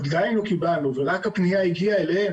גם אם לא קיבלנו ורק הפניה הגיעה אליהם,